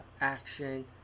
action